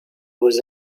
beaux